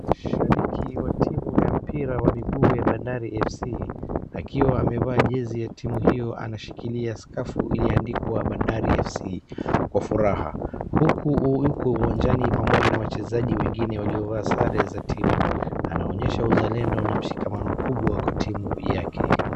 Shabiki wa timu ya mpira wa miguu ya Bandari Fc, akiwa amevaa jezi ya timu hio anashikilia skafu iliyoandikwa Bandari FC kwa furaha. Huku yuko uwanjani pamoja na wachezaji wengine waliovaa sare za timu. Anaonyesha uzalendo na mshikamano mkubwa kwa timu yake.